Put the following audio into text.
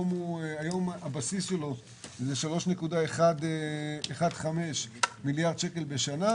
היום הבסיס הוא 3.15 מיליארד שקלים בשנה,